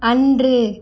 அன்று